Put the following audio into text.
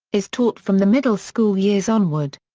is taught from the middle school years onward.